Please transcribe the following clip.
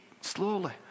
slowly